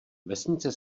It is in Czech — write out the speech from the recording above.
vesnice